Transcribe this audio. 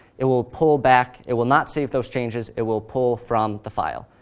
it will pull back. it will not save those changes, it will pull from the file.